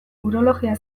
urologia